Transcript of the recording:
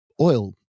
oil